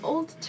Old